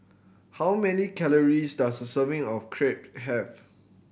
how many calories does a serving of Crepe have